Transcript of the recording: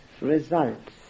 results